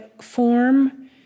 form